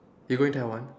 you going Taiwan